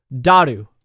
Daru